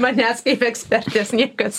manęs kaip ekspertės niekas